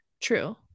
true